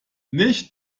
nicht